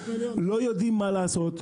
לא יודעים מה לעשות.